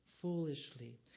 foolishly